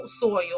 soil